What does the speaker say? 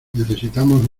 necesitamos